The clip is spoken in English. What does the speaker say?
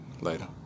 Later